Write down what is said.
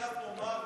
נהיה פה מר כבר,